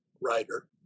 writer